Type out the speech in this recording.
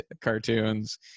cartoons